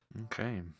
Okay